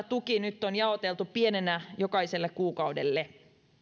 tuki nyt on jaoteltu pienenä jokaiselle kuukaudelle